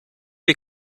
les